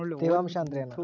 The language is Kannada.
ತೇವಾಂಶ ಅಂದ್ರೇನು?